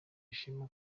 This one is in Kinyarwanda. ishema